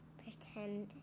pretend